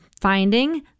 finding